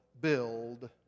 build